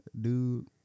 dude